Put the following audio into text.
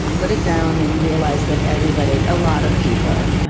put it down and realize that everybody, a lot of people,